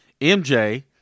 MJ